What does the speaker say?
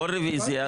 כל רביזיה,